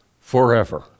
forever